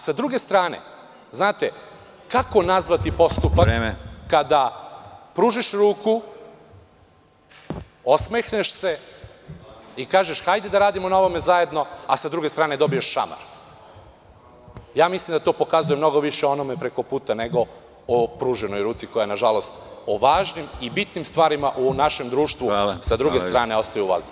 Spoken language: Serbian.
S druge strane, kako nazvati postupak kada pružiš ruku, osmehneš se i kažeš – hajde da radimo na ovome zajedno, a s druge strane dobiješ šamar? (Predsedavajući: Vreme.) Mislim da to pokazuje mnogo više o onome preko puta, nego o pruženoj ruci koja, nažalost, o važnim i bitnim stvarima u našem društvu sa druge strane ostaje u vazduhu.